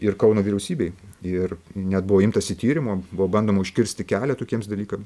ir kauno vyriausybei ir net buvo imtasi tyrimo buvo bandoma užkirsti kelią tokiems dalykams